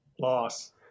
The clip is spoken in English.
loss